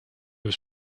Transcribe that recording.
was